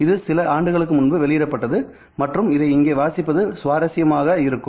இது சில ஆண்டுகளுக்கு முன்பு வெளியிடப்பட்டது மற்றும் அதை இங்கே வாசிப்பது சுவாரசியமாக இருக்கும்